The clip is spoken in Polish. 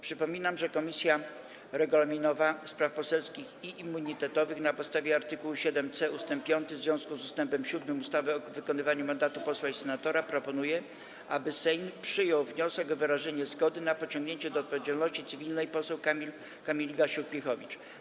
Przypominam, że Komisja Regulaminowa, Spraw Poselskich i Immunitetowych na podstawie art. 7c ust. 5 w związku z ust. 7 ustawy o wykonywaniu mandatu posła i senatora proponuje, aby Sejm przyjął wniosek o wyrażenie zgody na pociągnięcie do odpowiedzialności cywilnej poseł Kamili Gasiuk-Pihowicz.